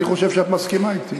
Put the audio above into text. אני חושב שאת מסכימה אתי.